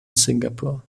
singapore